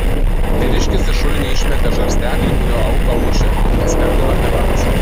vyriškis į šulinį išmetė žarsteklį kuriuo auką mušė ir paskambino tėvams